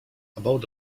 about